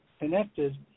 connected